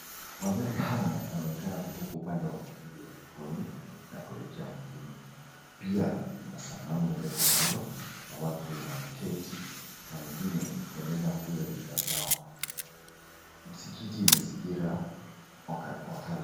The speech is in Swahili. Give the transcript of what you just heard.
Magari haya, yanaonekana kutoka upande wa pili wa Likoni na kuelekea mjini. Pia kuna sanamu ilioko kando na watu wenye wameketi na wengine kuendelea kuuza bidhaa zao. Msikiti imezingira wakala.